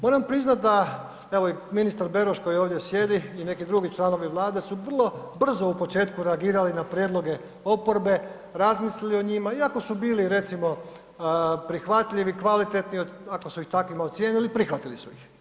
Moram priznat da, evo i ministar Beroš koji ovdje sjedi i neki drugi članovi Vlade su vrlo brzo u početku reagirali na prijedloge oporbe, razmislili o njima iako su bili recimo prihvatljivi, kvalitetni, ako su ih takvima ocijenili, prihvatili su ih.